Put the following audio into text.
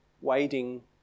waiting